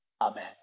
Amen